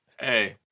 Hey